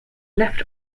left